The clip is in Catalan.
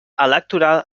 electoral